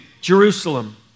Jerusalem